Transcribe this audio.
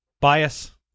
bias